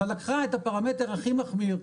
לקחה את הפרמטר הכי מחמיר,